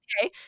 okay